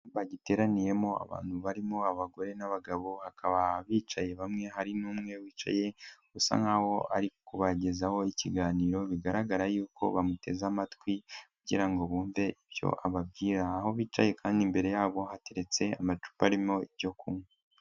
Ahantu hateraniyemo abantu barimo abagore n'abagabo, bakaba bicaye hamwe, hari n'umwe wicaye usa nkaho ari kubagezaho ikiganiro, bigaragara yuko bamuteze amatwi, kugira ngo bumve ibyo ababwira. Aho bicaye kandi imbere yabo, hateretse amacupa arimo ibyo kunywa.